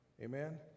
Amen